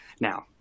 Now